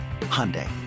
Hyundai